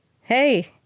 Hey